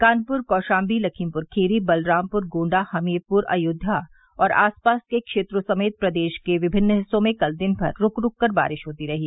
कानपुर कौशाम्बी लखीमपुर खीरी बलरामपुर गोंडा हमीरपुर अयोध्या और आस पास के क्षेत्रों समेत प्रदेश के विभिन्न हिस्सों में कल दिनभर रूक रूक कर वर्षा होती रही